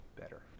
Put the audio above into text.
better